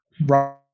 right